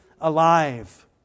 alive